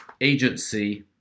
agency